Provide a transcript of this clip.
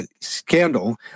scandal